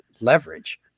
leverage